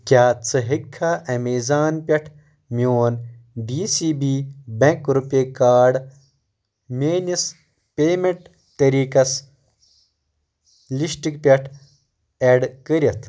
کیٛاہ ژٕ ہیٚکہِ کھا ایٚمیزان پٮ۪ٹھ میون D C B bank RuPay card میٲنِس پیمنٹ طٔریٖقس لِسٹٕکۍ پٮ۪ٹھ ایڈ کٔرِتھ